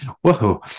Whoa